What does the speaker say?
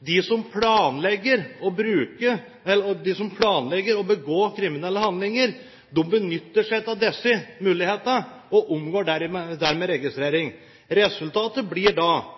De som planlegger å begå kriminelle handlinger, benytter seg av disse mulighetene og omgår dermed registrering. Resultatet blir at de som da